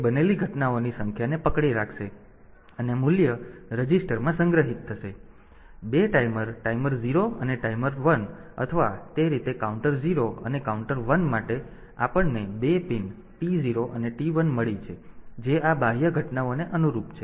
તેથી તે બનેલી ઘટનાઓની સંખ્યાને પકડી રાખશે અને મૂલ્ય રજિસ્ટરમાં સંગ્રહિત થશે 2 ટાઈમર ટાઈમર 0 અને ટાઈમર 1 અથવા તે રીતે કાઉન્ટર 0 અને કાઉન્ટર વન માટે આપણને 2 પિન T 0 અને T 1 મળી છે જે આ બાહ્ય ઘટનાઓને અનુરૂપ છે